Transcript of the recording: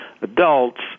adults